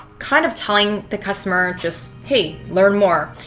kind of telling the customer, just, hey, learn more.